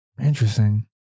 interesting